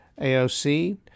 AOC